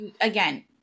again